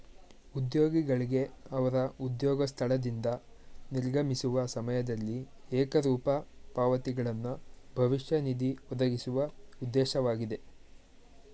ಉದ್ಯೋಗಿಗಳ್ಗೆ ಅವ್ರ ಉದ್ಯೋಗ ಸ್ಥಳದಿಂದ ನಿರ್ಗಮಿಸುವ ಸಮಯದಲ್ಲಿ ಏಕರೂಪ ಪಾವತಿಗಳನ್ನ ಭವಿಷ್ಯ ನಿಧಿ ಒದಗಿಸುವ ಉದ್ದೇಶವಾಗಿದೆ